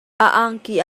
angki